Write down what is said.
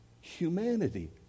humanity